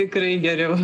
tikrai geriau